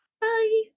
Bye